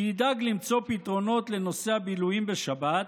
כי ידאג למצוא פתרונות לנושא הבילויים בשבת,